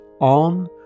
on